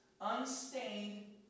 unstained